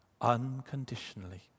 unconditionally